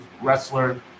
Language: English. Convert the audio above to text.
wrestler